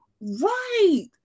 right